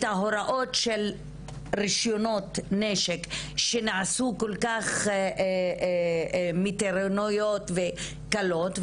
את ההוראות של רישיונות נשק שנעשו כל כך מתירניות וקלות.